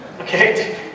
Okay